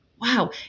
Wow